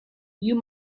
you